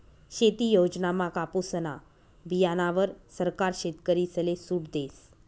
शेती योजनामा कापुसना बीयाणावर सरकार शेतकरीसले सूट देस